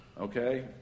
Okay